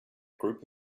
group